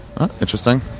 Interesting